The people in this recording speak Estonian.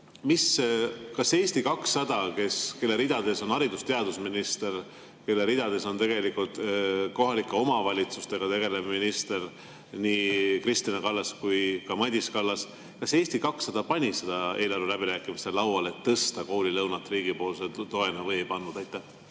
kas Eesti 200, kelle ridades on haridus‑ ja teadusminister, kelle ridades on tegelikult kohalike omavalitsustega tegelev minister, nii Kristina Kallas kui ka Madis Kallas, kas Eesti 200 pani eelarve läbirääkimiste lauale selle, et tõsta koolilõuna riigipoolset [toetust] või ei pannud. Aitäh,